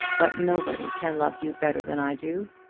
but nobody can love you better than i do.